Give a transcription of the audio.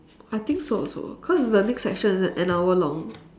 I think so also cause the next session is an hour long